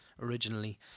originally